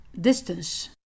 distance